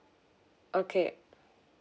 okay